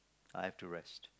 I have to rest